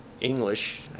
English